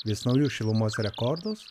vis naujus šilumos rekordus